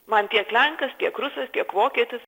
man tiek lenkas tiek rusas tiek vokietis